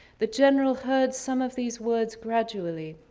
the general heard some of these words gradually.